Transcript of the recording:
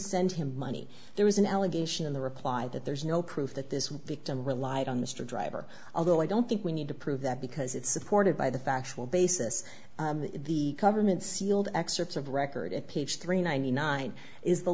send him money there was an allegation in the reply that there's no proof that this was victim relied on mr driver although i don't think we need to prove that because it's supported by the factual basis the government sealed excerpts of record at page three ninety nine is the